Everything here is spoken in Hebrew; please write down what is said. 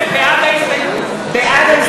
בעד יעל גרמן,